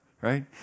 right